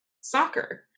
soccer